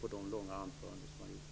mot de långa anföranden som har hållits.